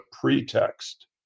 pretext